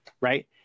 right